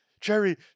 Jerry